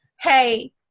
hey